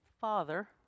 father